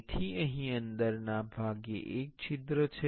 તેથી અહીં અંદરના ભાગે એક છિદ્ર છે